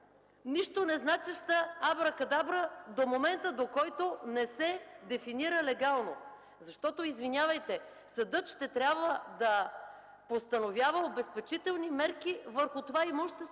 нищо незначеща абра-кадабра до момента, в който не се дефинира легално. Защото, извинявайте, съдът ще трябва да постановява обезпечителни мерки върху това имущество, за